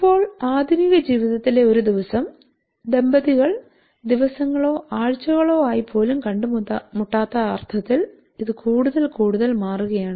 ഇപ്പോൾ ആധുനിക ജീവിതത്തിലെ ഒരു ദിവസം ദമ്പതികൾ ദിവസങ്ങളോ ആഴ്ചകളോ ആയി പോലും കണ്ടുമുട്ടാത്ത അർത്ഥത്തിൽ ഇത് കൂടുതൽ കൂടുതൽ മാറുകയാണ്